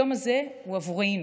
היום הזה הוא עבורנו.